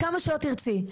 כמה שלא תרצי.